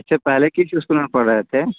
इससे पहले किस स्कूल में पढ़ रहे थे